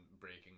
breaking